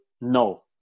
no